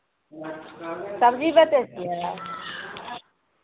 सबजी बेचै छियै